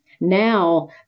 Now